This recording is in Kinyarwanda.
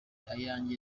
ayanjye